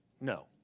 No